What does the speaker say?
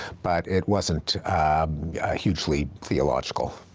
but it wasn't hugely theological.